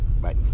bye